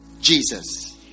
Jesus